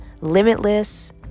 limitless